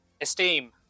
Esteem